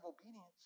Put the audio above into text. obedience